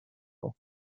off